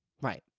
Right